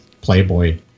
Playboy